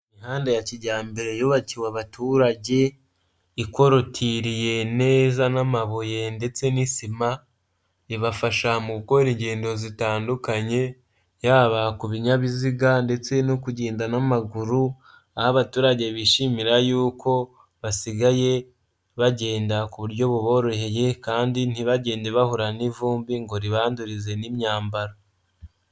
Imihanda ya kijyambere yubakiwe abaturage ikotiriye neza n'amabuye ndetse n'isima. Ibafasha mu gukora ingendo zitandukanye, yaba ku binyabiziga ndetse no kugenda n'amaguru. Aho abaturage bishimira yuko basigaye bagenda ku buryo buboroheye kandi ntibagende bahura n'ivumbi ngo ribandurize n'imyambaro.